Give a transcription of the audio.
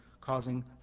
causing